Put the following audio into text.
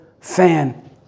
fan